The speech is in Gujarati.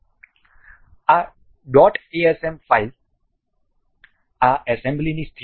આ ડોટ asm ફાઇલ આ એસેમ્બલીની સ્થિતિ છે